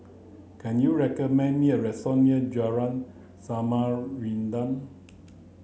can you recommend me a restaurant near Jalan Samarinda